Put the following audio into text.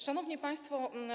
Szanowni Państwo!